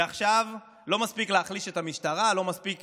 ועכשיו לא מספיק להחליש את המשטרה, לא מספיק